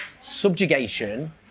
subjugation